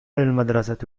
المدرسة